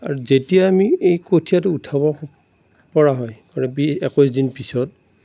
আৰু যেতিয়া আমি এই কঠীয়াটো উঠাব পৰা হয় বিশ একৈছ দিন পিছত